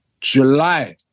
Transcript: July